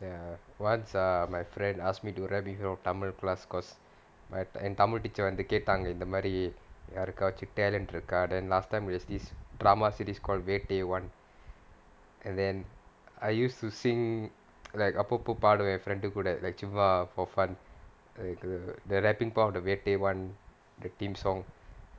ya once uh my friend asked me to rap in for tamil class because my என்:en tamil teacher வந்து கேட்டாங்க இந்தமாரி யாருக்காச்சும்:vanthu kettaanga inthamaari yaarukkaachum talent இருக்கா:irukkaa then last time there was this plummer city called Vettai [one] and then I used to sing like err அப்பப்ப பாடுவேன் என்:appapa paaduvaen en friend கூட:kooda like சும்மா:chumma for fun err the rapping part of the Vettai one the theme song